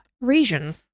region